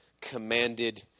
commanded